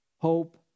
hope